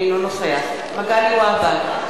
אינו נוכח מגלי והבה,